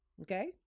Okay